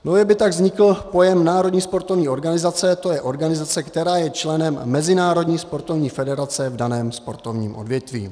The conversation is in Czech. Nově by tak vznikl pojem národní sportovní organizace, to je organizace, která je členem mezinárodní sportovní federace v daném sportovním odvětví.